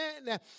amen